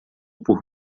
por